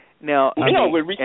Now